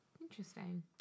interesting